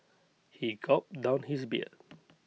he gulped down his beer